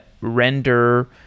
render